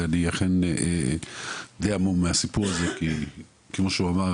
אני המון מהסיפור הזה כי כמו שהוא אמר,